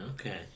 okay